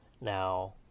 Now